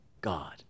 God